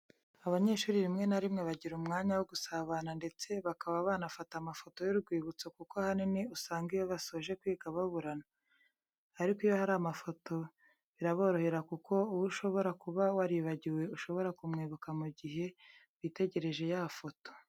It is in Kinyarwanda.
Abanyeshuri rimwe na rimwe bagira umwanya wo gusabana ndetse bakaba banafata amafoto y'urwibutso kuko ahanini usanga iyo basoje kwiga baburana. Ariko iyo hari amafoto biraborohera kuko uwo ushobora kuba waribagiwe ushobora kumwibuka mu gihe witegereje ya foto.